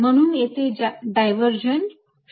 म्हणून येथे डायव्हर्जन्ट 0 असेल